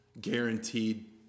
guaranteed